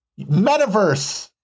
metaverse